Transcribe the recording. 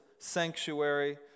sanctuary